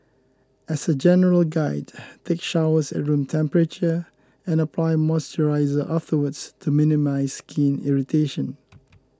as a general guide take showers at room temperature and apply moisturiser afterwards to minimise skin irritation